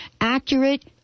accurate